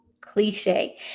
cliche